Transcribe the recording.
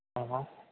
હ હ